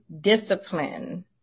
discipline